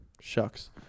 Shucks